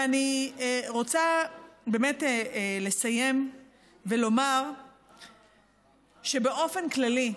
ואני רוצה לסיים ולומר שבאופן כללי,